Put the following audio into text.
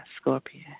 Scorpio